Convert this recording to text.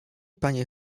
panie